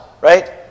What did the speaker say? right